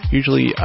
Usually